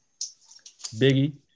Biggie